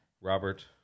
Robert